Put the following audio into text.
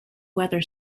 weather